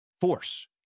force